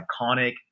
iconic